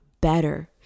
better